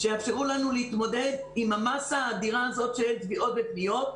שיאפשרו לנו להתמודד עם המאסה האדירה הזאת של תביעות ופניות.